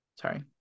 sorry